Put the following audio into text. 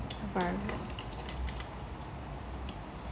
virus